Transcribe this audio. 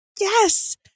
yes